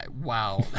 wow